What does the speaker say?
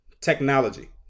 technology